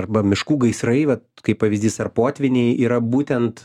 arba miškų gaisrai vat kaip pavyzdys ar potvyniai yra būtent